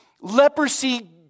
leprosy